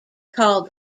called